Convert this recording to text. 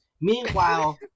Meanwhile